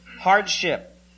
Hardship